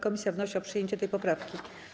Komisja wnosi o przyjęcie tej poprawki.